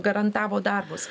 garantavo darbus